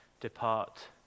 depart